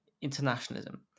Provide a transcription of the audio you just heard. internationalism